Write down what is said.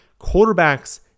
quarterbacks